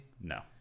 No